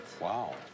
Wow